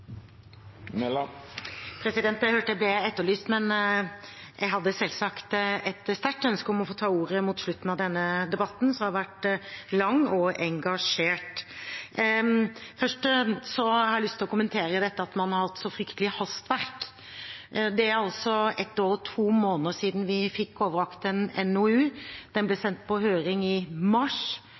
Jeg hørte jeg ble etterlyst, men jeg hadde selvsagt et sterkt ønske om å få ta ordet mot slutten av denne debatten, som har vært lang og engasjert. Først har jeg lyst til å kommentere dette med at man har hatt så fryktelig hastverk. Det er ett år og to måneder siden vi fikk overrakt en NOU. Den ble sendt på høring i mars,